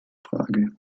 frage